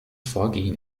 vorgehen